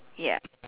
ya